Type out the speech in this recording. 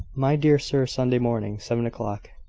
my dear sir, sunday morning, seven o'clock.